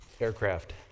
aircraft